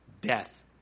death